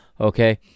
Okay